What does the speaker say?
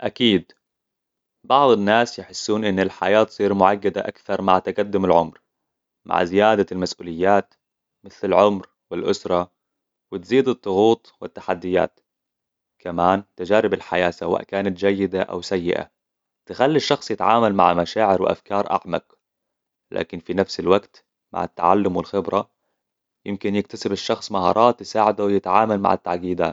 أكيد، بعض الناس يحسون إن الحياة تصير مُعقّدة أكثر مع تقدم العمر. مع زيادة المسؤوليات مثل العمر والأسرة، وتزيد الضغوط والتحديات. كمان، تجارب الحياة، سواء كانت جيدة أو سيئة، تخلي الشخص يتعامل مع مشاعر وأفكار أعمق. لكن في نفس الوقت، مع التعلم والخبرا، يمكن يكتسب الشخص مهارات تساعده يتعامل مع التعقيدات